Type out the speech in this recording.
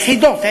יחידות,